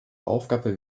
aufgabe